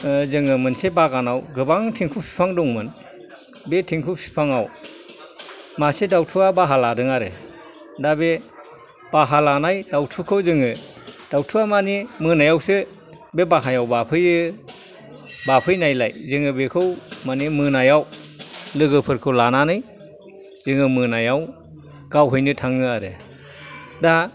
जोङो मोनसे बागानआव गोबां थेंखु बिफां दंमोन बे थिंखु बिफांआव मासे दावथुआ बाहा लादों आरो दा बे बाहा लानाय दावथुखौ जोङो दावथुआ मानि मोनायावसो बे बाहायाव बाफैयो बाफैनायलाय जोङो बेखौ मानि मोनायाव लोगोफोरखौ लानानै जोङो मोनायाव गावहैनो थाङो आरो दा